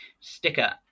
Sticker